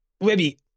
Webby